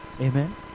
Amen